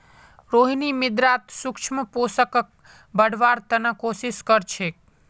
रोहिणी मृदात सूक्ष्म पोषकक बढ़व्वार त न कोशिश क र छेक